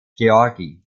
georgi